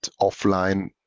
offline